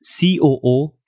COO